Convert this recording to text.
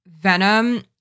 venom